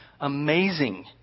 amazing